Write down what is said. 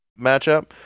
matchup